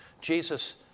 Jesus